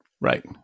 Right